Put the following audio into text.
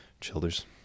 childers